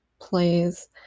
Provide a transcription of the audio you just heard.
plays